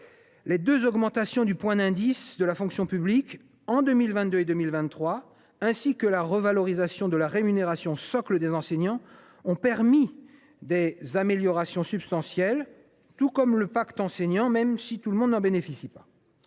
Les deux augmentations du point d’indice de la fonction publique, en 2022 et 2023, ainsi que la revalorisation de la rémunération socle des enseignants, ont permis des améliorations substantielles, tout comme le pacte enseignant, même si tout le monde n’en bénéficie pas.